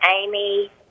Amy